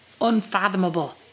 unfathomable